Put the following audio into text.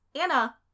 Anna